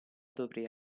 dovrei